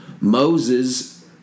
Moses